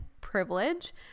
privilege